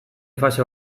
fase